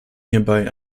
hierbei